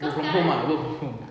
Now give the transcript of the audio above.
work from home ah work from home